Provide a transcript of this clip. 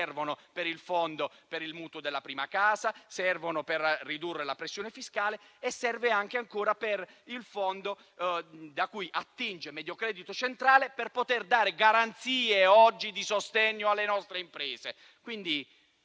alimentare il fondo per il mutuo della prima casa, per ridurre la pressione fiscale e per alimentare il fondo da cui attinge Mediocredito Centrale per dare garanzie di sostegno alle nostre imprese.